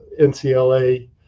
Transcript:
ncla